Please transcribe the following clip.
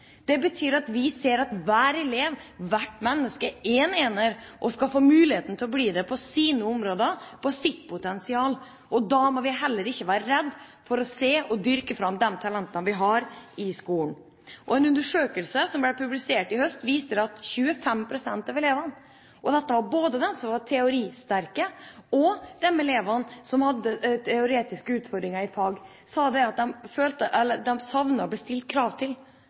Det betyr at vi ser at hver elev, hvert menneske, er en ener og skal få muligheten til å bli det på sine områder og med sitt potensial. Da må vi heller ikke være redde for å se og dyrke fram de talentene vi har i skolen. En undersøkelse som ble publisert i høst, viste at 25 pst. av elevene – og dette var både dem som var teoristerke og dem som hadde teoretiske utfordringer i fag – sa at de savnet å bli stilt krav til.